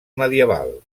medieval